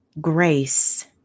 grace